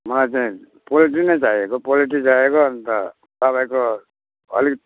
मलाई चाहिँ पोल्ट्री नै चाहिएको पोल्ट्री चाहिएको अन्त तपाईँको अलिक